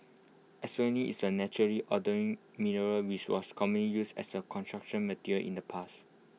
is A naturally mineral which was commonly used as A Construction Material in the past